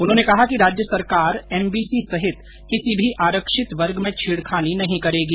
उन्होंने कहा कि राज्य सरकार एमबीसी सहित किसी भी आरक्षित वर्ग में छेड़खानी नहीं करेगी